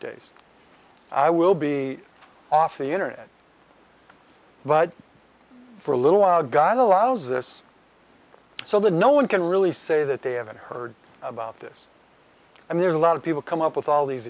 days i will be off the internet but for a little while god allows this so that no one can really say that they haven't heard about this and there's a lot of people come up with all these